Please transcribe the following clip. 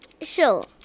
Sure